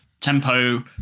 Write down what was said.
tempo